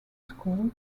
school